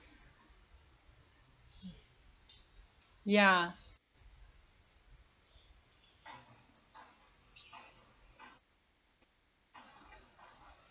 ya